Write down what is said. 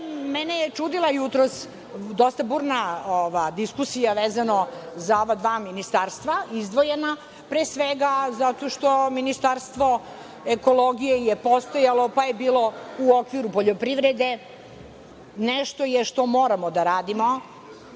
je čudila jutros dosta burna diskusija vezano za ova dva ministarstva, izdvojena, pre svega zato što je Ministarstvo ekologije postojalo, pa je bilo u okviru poljoprivrede, itd. Nešto je što moramo da radimo